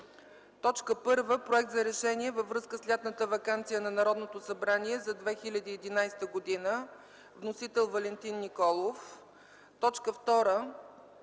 г.: 1. Проект за решение във връзка с лятната ваканция на Народното събрание за 2011 г. Вносител – Валентин Николов. 2.